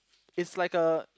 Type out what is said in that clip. it's like a